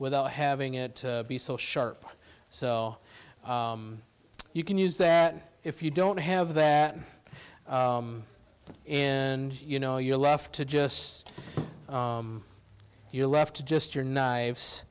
without having it be so sharp so you can use that if you don't have that and you know you're left to just you're left to just your knives